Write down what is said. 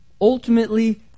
Ultimately